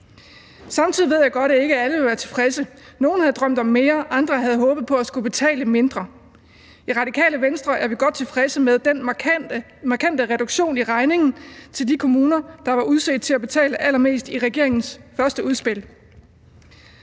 Samtidig ved jeg godt, at ikke alle vil være tilfredse. Nogle havde drømt om mere, andre havde håbet på at skulle betale mindre. I Radikale Venstre er vi godt tilfredse med den markante reduktion i regningen til de kommuner, der var udset til at betale allermest i regeringens første udspil.